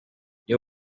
iyo